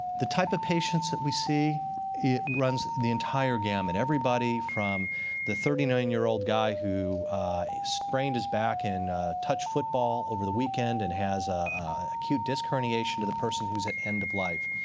the type of patients we see it runs the entire gamut. everybody from the thirty nine year old guy who sprained his back in touch football over the weekend and has an ah acute disc herniation, to the person who's at end of life.